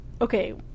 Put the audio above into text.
okay